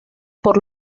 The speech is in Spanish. por